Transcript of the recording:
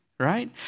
right